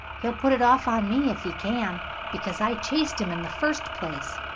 he'll put it off on me if he can because i chased him in the first place.